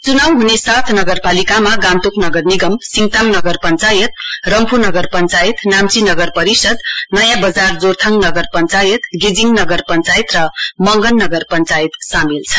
चुनाउ हुने सात नगरपालिकामा गान्तोक नगर निगम सिङताम नगर पश्वायत रम्फू नगर पश्वायत नाम्ची नगर परिषद् नयाँ बजार जोरथाङ नगर पश्वायत गेजिङ नगर पश्वायत र मंगन नगर पश्वायत सामेल छन्